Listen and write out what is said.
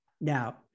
Now